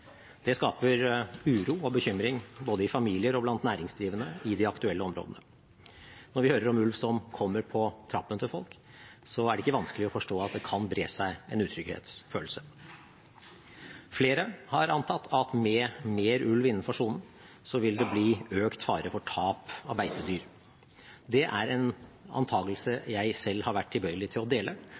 Det skaper uro og bekymring både i familier og blant næringsdrivende i de aktuelle områdene. Når vi hører om ulv som kommer på trappen til folk, er det ikke vanskelig å forstå at det kan bre seg en utrygghetsfølelse. Flere har antatt at med mer ulv innenfor sonen vil det bli økt fare for tap av beitedyr. Det er en antagelse jeg selv har vært tilbøyelig til å dele